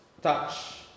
touch